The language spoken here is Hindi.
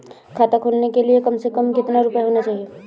खाता खोलने के लिए कम से कम कितना रूपए होने चाहिए?